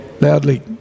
Loudly